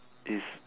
is